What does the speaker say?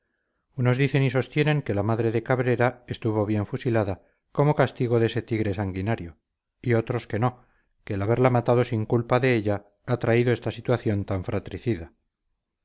unos dicen y sostienen que la madre de cabrera estuvo bien fusilada como castigo de ese tigre sanguinario y otros que no que el haberla matado sin culpa de ella ha traído esta situación tan fratricida